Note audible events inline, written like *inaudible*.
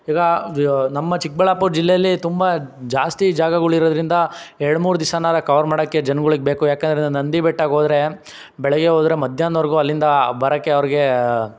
ಈಗ *unintelligible* ನಮ್ಮ ಚಿಕ್ಕಬಳ್ಳಾಪುರ ಜಿಲ್ಲೆಲಿ ತುಂಬ ಜಾಸ್ತಿ ಜಾಗಗಳು ಇರೋದ್ರಿಂದ ಎರ್ಡು ಮೂರು ದಿವ್ಸನಾರು ಕವರ್ ಮಾಡೋಕ್ಕೆ ಜನಗಳಿಗೆ ಬೇಕು ಯಾಕೆಂದ್ರೆ ನಂದಿ ಬೆಟ್ಟಕ್ಕೆ ಹೋದ್ರೆ ಬೆಳಿಗ್ಗೆ ಹೋದ್ರೆ ಮಧ್ಯಾಹ್ನದ್ವರೆಗೂ ಅಲ್ಲಿಂದ ಬರೋಕ್ಕೆ ಅವ್ರಿಗೆ